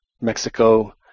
Mexico